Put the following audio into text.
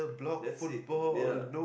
that's it ya